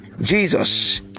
Jesus